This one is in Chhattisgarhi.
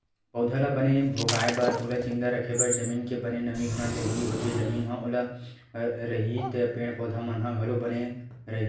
पउधा ल बने भोगाय बर ओला जिंदा रखे बर जमीन के बने नमी होना जरुरी होथे, जमीन ह ओल रइही त पेड़ पौधा मन ह घलो बने रइही